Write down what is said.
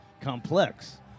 complex